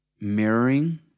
mirroring